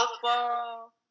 football